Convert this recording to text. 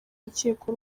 rukiko